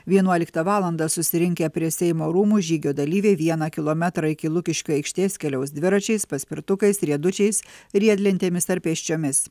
vienuoliktą valandą susirinkę prie seimo rūmų žygio dalyviai vieną kilometrą iki lukiškių aikštės keliaus dviračiais paspirtukais riedučiais riedlentėmis ar pėsčiomis